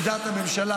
עמדת הממשלה,